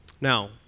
Now